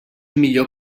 millor